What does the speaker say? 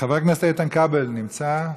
חבר הכנסת איתן כבל נמצא?